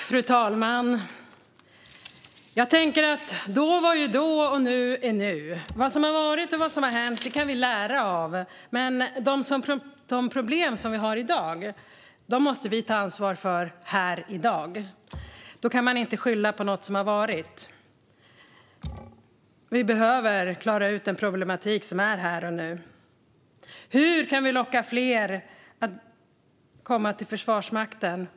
Fru talman! Då var då, och nu är nu. Vad som har varit och vad som har hänt kan vi dra lärdom av, men de problem som vi har i dag måste vi här i dag ta ansvar för. Man kan inte skylla på något som har varit. Vi måste klara ut den problematik som finns här och nu. Hur kan vi locka fler att komma till Försvarsmakten?